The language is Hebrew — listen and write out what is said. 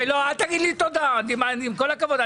לא, אל תגיד לי תודה, עם כל הכבוד.